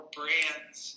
brands